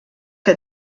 que